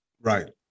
right